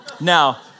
Now